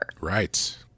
Right